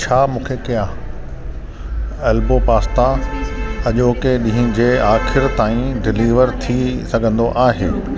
छा मूंखे किया एल्बो पास्ता अॼोके ॾींहं जे आख़िर ताईं डिलीवर थी सघंदो आहे